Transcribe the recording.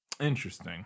Interesting